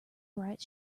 bright